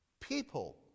people